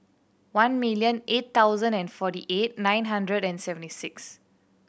one million eight hundred and forty eight nine hundred and seventy six